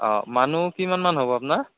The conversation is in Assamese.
অঁ মানুহ কিমানমান হ'ব আপোনাৰ